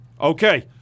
Okay